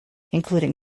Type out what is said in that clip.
including